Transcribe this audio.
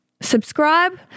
Subscribe